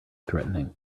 threatening